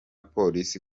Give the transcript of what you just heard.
polisi